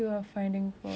you know but I have